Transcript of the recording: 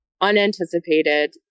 unanticipated